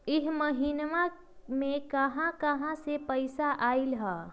इह महिनमा मे कहा कहा से पैसा आईल ह?